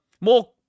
more